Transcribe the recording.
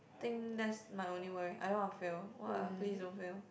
think that's my only worry I don't want to fail !wah! please don't fail